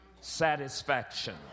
satisfaction